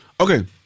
Okay